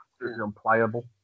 unplayable